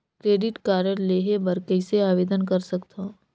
Credit card लेहे बर कइसे आवेदन कर सकथव?